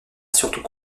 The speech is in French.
surtout